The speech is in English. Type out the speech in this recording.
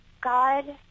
God